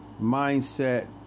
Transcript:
mindset